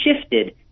shifted